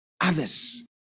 others